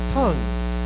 tongues